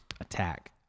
attack